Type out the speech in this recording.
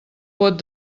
pot